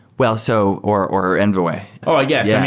well, so or or envoy oh, yes. yeah